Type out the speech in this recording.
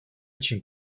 için